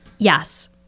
Yes